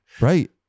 Right